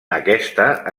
aquesta